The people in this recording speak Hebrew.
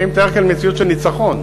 אני מתאר כאן מציאות של ניצחון.